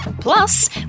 Plus